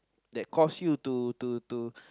that cause you to to to